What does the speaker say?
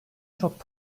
çok